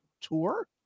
tour